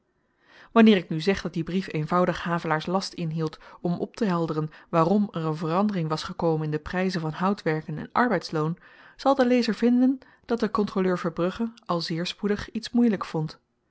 wanneer ik nu zeg dat die brief eenvoudig havelaars last inhield om optehelderen waarom er een verandering was gekomen in de pryzen van houtwerken en arbeidsloon zal de lezer vinden dat de kontroleur verbrugge al zeer spoedig iets moeielyk vond